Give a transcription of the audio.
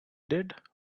did